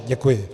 Děkuji.